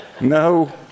no